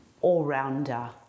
all-rounder